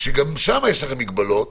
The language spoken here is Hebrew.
שגם שם יש לכם מגבלות,